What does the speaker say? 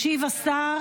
ישיב שר